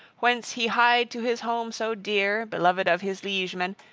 whence he hied to his home so dear beloved of his liegemen,